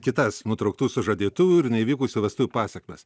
kitas nutrauktų sužadėtuvių ir neįvykusių vestuvių pasekmes